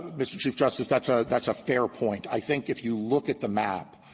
mr. chief justice, that's a that's a fair point. i think if you look at the map,